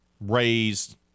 raised